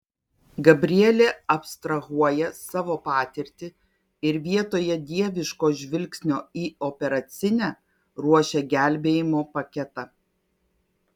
gabrielė abstrahuoja savo patirtį ir vietoje dieviško žvilgsnio į operacinę ruošia gelbėjimo paketą